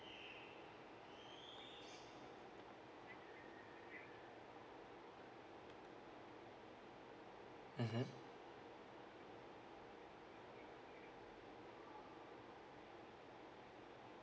mmhmm